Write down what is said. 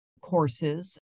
courses